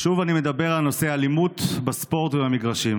שוב אני מדבר על נושא האלימות בספורט ובמגרשים.